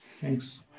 Thanks